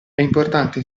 importante